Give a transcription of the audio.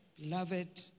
beloved